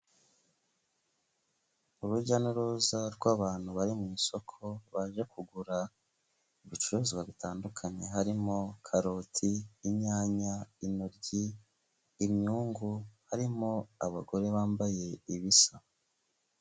Urujya n'uruza rw'abantu bari mu isoko baje kugura ibicuruzwa bitandukanye, harimo karoti, inyanya, intoryi, imyungu, harimo abagore bambaye ibisa.